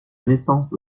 naissance